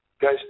guys